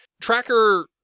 Tracker